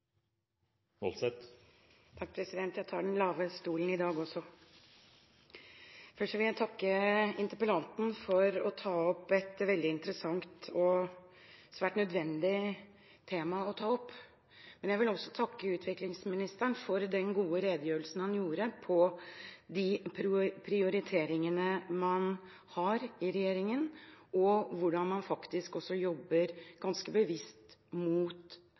Først vil jeg takke interpellanten for å ta opp et tema som er veldig interessant og svært nødvendig å ta opp. Men jeg vil også takke utviklingsministeren for den gode redegjørelsen han ga om de prioriteringene man har i regjeringen, og om hvordan man faktisk også jobber ganske bevisst